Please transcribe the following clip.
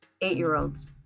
eight-year-olds